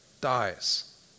dies